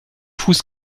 fuß